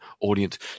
audience